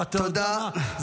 ואתה יודע מה,